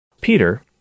Peter